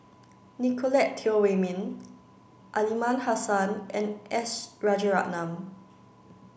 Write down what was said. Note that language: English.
Nicolette Teo Wei Min Aliman Hassan and S Rajaratnam